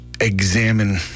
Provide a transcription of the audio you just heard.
examine